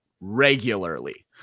regularly